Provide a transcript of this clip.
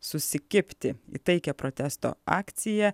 susikibti į taikią protesto akciją